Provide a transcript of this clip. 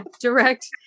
direct